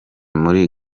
muri